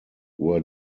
were